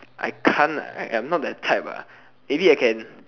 I can't I I'm not that type ah maybe I can